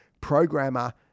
Programmer